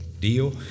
deal